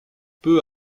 peu